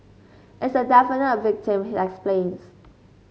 it's a definite victim he explains